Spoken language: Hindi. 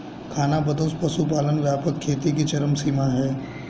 खानाबदोश पशुपालन व्यापक खेती की चरम सीमा है